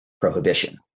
prohibition